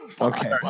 Okay